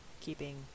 keeping